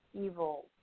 evil